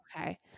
Okay